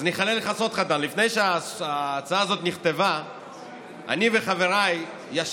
אז אני אגלה לך סוד קטן: לפני שההצעה הזאת נכתבה אני וחבריי ישבנו